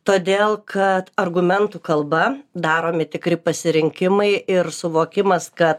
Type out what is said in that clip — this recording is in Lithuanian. todėl kad argumentų kalba daromi tikri pasirinkimai ir suvokimas kad